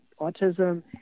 autism